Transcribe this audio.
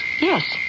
Yes